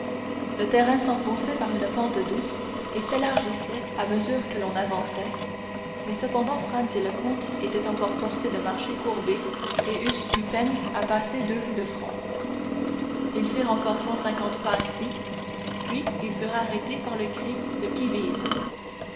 le terrain s'enfonçait par une pente douce et s'élargissait à mesure que l'on avançait mais cependant franz et le comte étaient encore forcés de marcher courbés et eussent eu peine à passer deux de front ils firent encore cent cinquante pas ainsi puis ils furent arrêtés par le cri de qui vive